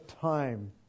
time